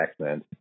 accent